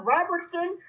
Robertson